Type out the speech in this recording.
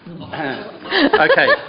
Okay